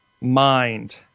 mind